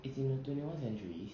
it's in the twenty one centuries